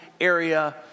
area